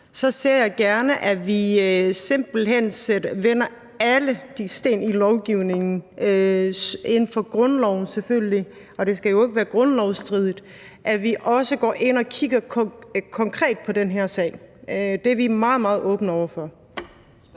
ser jeg gerne, at vi simpelt hen vender alle sten i lovgivningen – selvfølgelig inden for grundlovens rammer, for det skal jo ikke være grundlovsstridigt – og at vi også går ind og kigger konkret på den her sag. Det er vi meget, meget åbne over for.